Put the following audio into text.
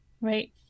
right